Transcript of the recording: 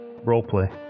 roleplay